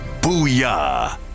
Booyah